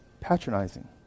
patronizing